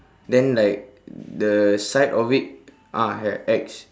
then like the side of it ah have X